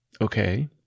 Okay